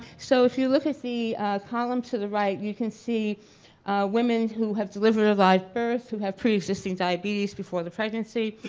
so if you look at the column to the right you can see women who have delivered a live birth, who have pre-existing diabetes before the pregnancy,